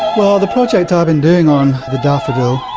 well, the project i've been doing on the daffodil,